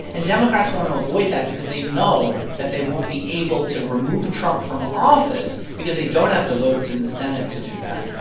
and democrats want to avoid that because they know that they won't be able able to remove trump from office because they don't have the votes in the senate to do that.